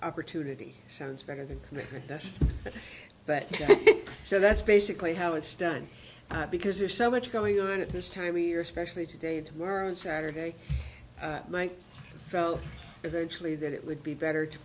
opportunity sounds better than that but so that's basically how it's done because there's so much going on at this time we're especially today tomorrow and saturday night fell eventually that it would be better to